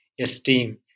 esteem